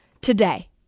today